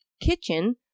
kitchen